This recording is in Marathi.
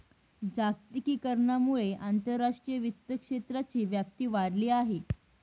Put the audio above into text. जागतिकीकरणामुळे आंतरराष्ट्रीय वित्त क्षेत्राची व्याप्ती वाढली आहे